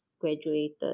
graduated